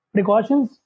Precautions